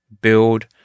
build